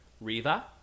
Riva